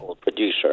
producer